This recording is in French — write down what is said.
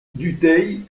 dutheil